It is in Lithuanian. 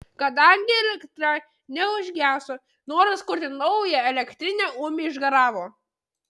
kadangi elektra neužgeso noras kurti naują elektrinę ūmai išgaravo